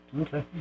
Okay